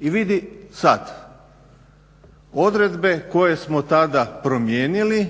I vidi sad, odredbe koje smo tada promijenili